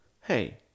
Hey